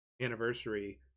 anniversary